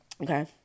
okay